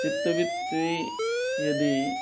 चित्तवृत्तेः यदि